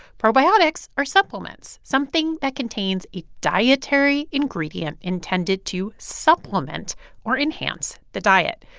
probiotics are supplements, something that contains a dietary ingredient intended to supplement or enhance the diet.